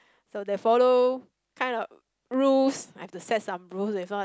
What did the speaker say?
so they follow kind of rules I have to set some rules if not